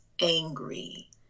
angry